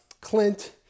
Clint